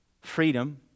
freedom